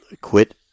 quit